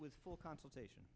with full consultation